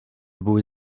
były